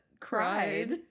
cried